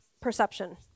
perception